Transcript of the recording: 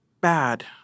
bad